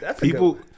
People